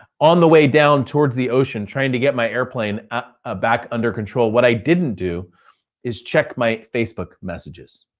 on the way down towards the ocean, trying to get my airplane ah ah back under control, what i didn't do is check my facebook messages.